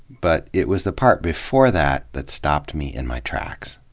but it was the part before that that stopped me in my tracks.